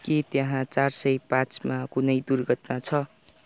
के त्यहाँ चार सय पाँचमा कुनै दुर्घटना छ